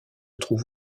trouve